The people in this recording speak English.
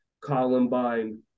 Columbine